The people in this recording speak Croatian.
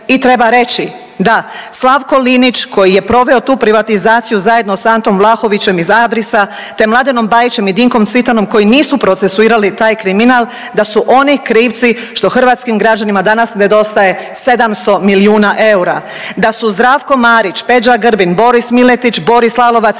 i treba reći da Slavko Linić koji je proveo tu privatizaciju zajedno sa Antom Vlahovićem iz Adrisa te Mladenom Bajićem i Dinkom Cvitanom koji nisu procesuirali taj kriminal da su oni krivci što hrvatskim građanima danas nedostaje 700 milijuna eura, da su Zdravko Marić, Peđa Grbin, Boris Miletić, Boris Lalovac